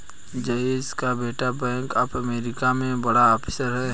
जयेश का बेटा bank of America में बड़ा ऑफिसर है